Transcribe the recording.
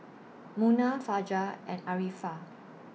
Munah Fajar and Arifa